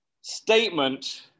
statement